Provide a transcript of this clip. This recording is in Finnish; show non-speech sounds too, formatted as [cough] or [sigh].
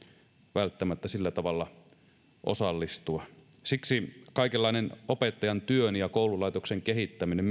välttämättä sillä tavalla osallistua siksi kaikenlainen opettajan työn ja myöskin koululaitoksen kehittäminen [unintelligible]